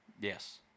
Yes